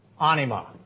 anima